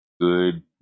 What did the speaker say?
good